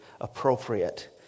appropriate